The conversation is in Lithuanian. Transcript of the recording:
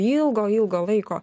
ilgo ilgo laiko